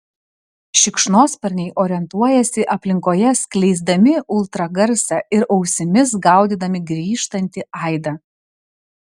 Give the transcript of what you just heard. šikšnosparniai orientuojasi aplinkoje skleisdami ultragarsą ir ausimis gaudydami grįžtantį aidą